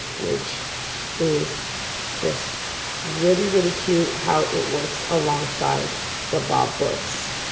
which is just really, really cute how it works alongside the bob books.